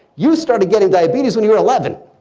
you started getting diabetes when you're eleven.